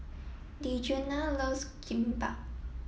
Djuna loves Kimbap